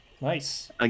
Nice